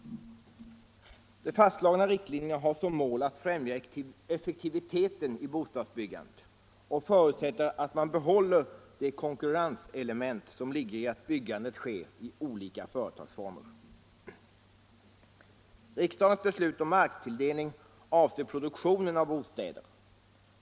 De fastslagna riktlinjerna har som mål att främja ef marktilldelning vid fektiviteten i bostadsbyggandet och förutsätter att man behåller det kon = stora bostadsbyggkurrenselement som ligger i att byggandet sker i olika företagsformer. = nadsföretag Riksdagens beslut om marktilldelning avser produktionen av bostäder.